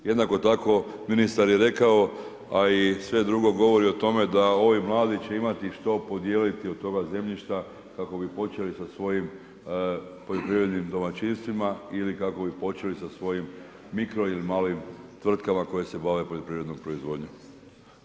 Jednako tako ministar je rekao, a i sve drugo govori o tome da ovi mladi će imati što podijeliti od toga zemljišta kako bi počeli sa svojim poljoprivrednim domaćinstvima ili kako bi počeli sa svojim mikro i malim tvrtkama koje se bave poljoprivrednom proizvodnjom.